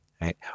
right